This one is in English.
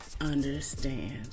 understand